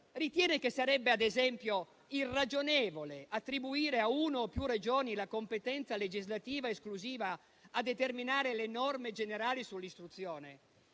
ritiene che, ad esempio, sarebbe irragionevole attribuire a una o più Regioni la competenza legislativa esclusiva a determinare le norme generali sull'istruzione